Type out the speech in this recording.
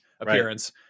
appearance